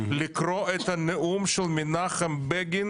לקרוא את הנאום של מנחם בגין,